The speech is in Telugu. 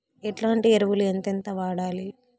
ఎట్లాంటి ఎరువులు ఎంతెంత వాడాలి?